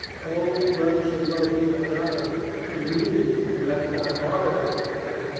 o, a brother should love him and honor him. and you, if you have not heart enough for that,